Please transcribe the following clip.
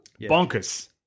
Bonkers